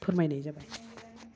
फोरमायनाय जाबाय